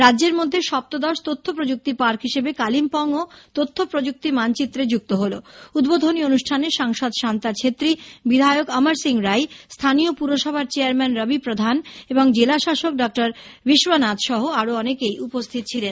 রাজ্যের মধ্যে সপ্তদশ তথ্য প্রযুক্তি পার্ক হিসেবে কালিম্পংও তথ্য প্রযুক্তি মানচিত্রে যুক্ত হলো উদ্বোধনী অনুষ্ঠানে সাংসদ শান্তা ছেত্রী বিধায়ক অমর সিং রাই স্থানীয় পুরসভার চেয়ারম্যান রবি প্রধান এবং জেলাশাসক ডঃ বিশ্বনাথ সহ আরো অনেকেই উপস্থিত ছিলেন